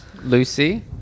Lucy